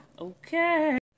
Okay